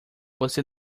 você